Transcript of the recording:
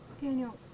Daniel